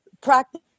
practice